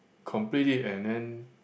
complete it and then